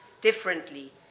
differently